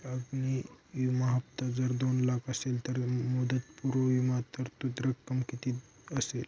अग्नि विमा हफ्ता जर दोन लाख असेल तर मुदतपूर्व विमा तरतूद रक्कम किती असेल?